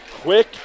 Quick